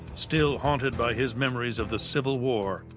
still haunted by his memories of the civil war,